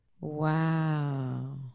Wow